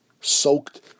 soaked